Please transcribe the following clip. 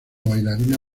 bailarina